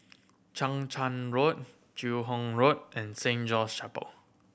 Chang Charn Road Joo Hong Road and Saint John's Chapel